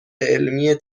علمی